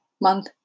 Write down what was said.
month